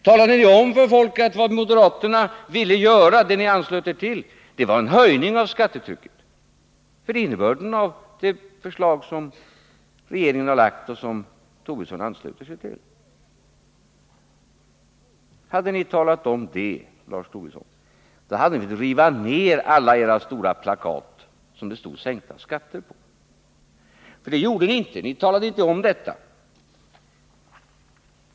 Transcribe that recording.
Talade ni om för folk att det ni anslöt er till var en höjning av skattetrycket? Det är innebörden av det förslag som regeringen framlagt och som Lars Tobisson ansluter sig till. Hade ni talat om detta, Lars Tobisson, hade ni fått riva ned alla era stora plakat med texten ”sänkta skatter”. Men ni talade inte om det.